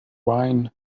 wine